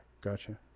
Gotcha